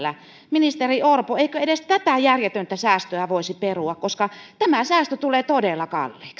ministeri orpo eikö edes tätä järjetöntä säästöä voisi perua koska tämä säästö tulee todella kalliiksi